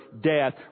death